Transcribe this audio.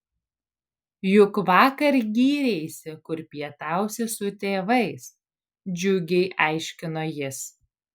juk vakar gyreisi kur pietausi su tėvais džiugiai aiškino jis